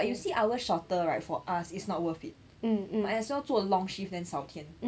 but you see hours shorter right for us is not worth it might as well 做 long shift then 少天